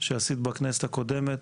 שעשית בכנסת הקודמת.